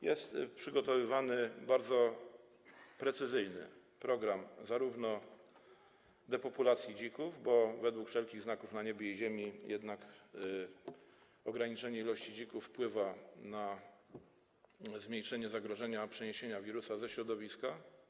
Jest przygotowywany bardzo precyzyjny program depopulacji dzików, bo według wszelkich znaków na niebie i ziemi jednak ograniczenie liczby dzików wpływa na zmniejszenie zagrożenia przeniesieniem wirusa ze środowiska.